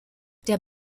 der